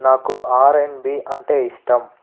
నాకు R and B అంటే ఇష్టం